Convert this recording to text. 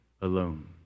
alone